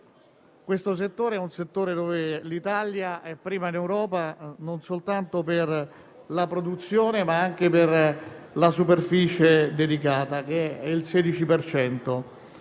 questo è un settore in cui l'Italia è prima in Europa non soltanto per la produzione, ma anche per la superficie dedicata (16